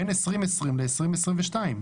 בין 2020 ל-2022.